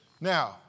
Now